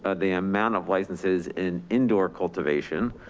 ah the amount of licenses in indoor cultivation.